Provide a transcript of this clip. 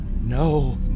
No